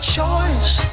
choice